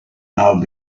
now